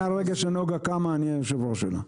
מהרגע שנגה קמה, אני יושב-הראש שלה.